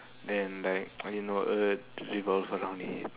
then like you know earth revolves around it